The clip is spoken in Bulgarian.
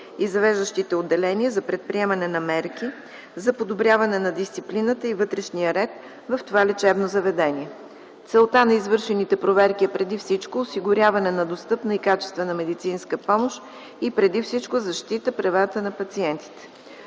и завеждащите отделения за предприемане на мерки за подобряване на дисциплината и вътрешния ред в това лечебно заведение. Целта на извършените проверки е преди всичко осигуряване на достъпна и качествена медицинска помощ и преди всичко защита правата на пациентите.